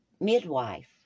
midwife